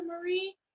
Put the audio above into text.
marie